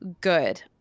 good